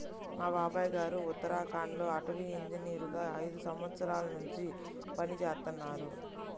మా బాబాయ్ గారు ఉత్తరాఖండ్ లో అటవీ ఇంజనీరుగా ఐదు సంవత్సరాల్నుంచి పనిజేత్తన్నారు